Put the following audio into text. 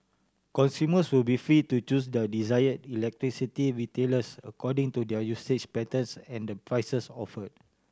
consumers will be free to choose their desired electricity retailers according to their usage patterns and the prices offered